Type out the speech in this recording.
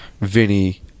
Vinny